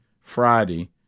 Friday